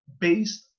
based